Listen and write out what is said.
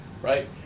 Right